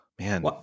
Man